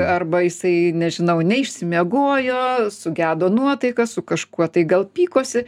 arba jisai nežinau neišsimiegojo sugedo nuotaika su kažkuo tai gal pykosi